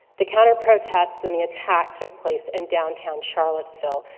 the counter protests and the attack took place in downtown charolettesville,